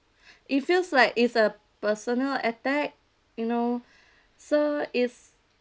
it feels like is a personal attack you know so is